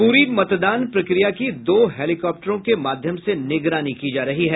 पूरी मतदान प्रक्रिया की दो हेलीकाप्टरों के माध्यम से निगरानी की जा रही है